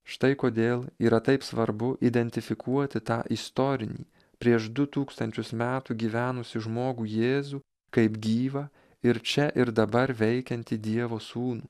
štai kodėl yra taip svarbu identifikuoti tą istorinį prieš du tūkstančius metų gyvenusį žmogų jėzų kaip gyvą ir čia ir dabar veikiantį dievo sūnų